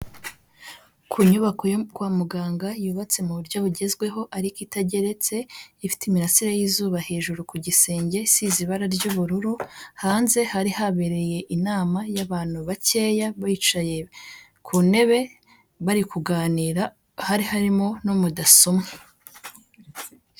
Ku nyubako yo kwa muganga yubatse mu buryo bugezweho ariko itageretse, ifite imirasire y'izuba hejuru ku gisenge, isize ibara ry'ubururu, hanze hari habereye inama y'abantu bakeya, bicaye ku ntebe, bari kuganira hari harimo n'umudaso umwe.